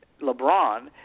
LeBron